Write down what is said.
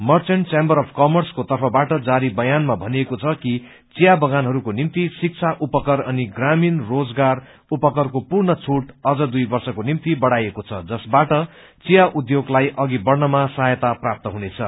merchant chamber of कर्मसको तर्फबाट जारी बयानामा भनिएको छ कि चिया बगानहरूका निम्ति शिक्षा उपकर अनि ग्रामीण रोजगार उपबरको पूर्ण छूट अझ दुई वर्षको निम्ति बढ़ाईकएको छ जसबाट चिया उध्योगलाई अधि बढ़नामा सहायता प्राप्त हुनेछ